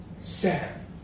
Sam